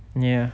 ya